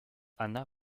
anna